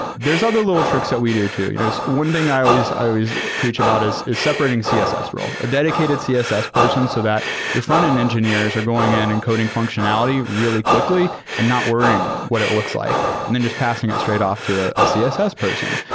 there is all the little tricks that we do too. you know one thing i always i always preach about is is separating css role. a dedicated css person so that your frontend engineers are going in and coding functionality really quickly and not worrying what it looks like and then just passing is straight off to a ah css person.